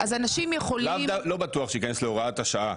לא בטוח שהוא ייכנס להוראת השעה,